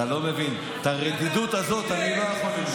אתה לא מבין, את הרדידות הזאת אני לא יכול ללמוד.